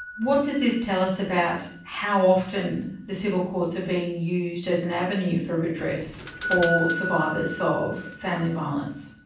what does this tell us about how often the civil courts are being used as an avenue for redress for survivors so of family violence?